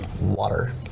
water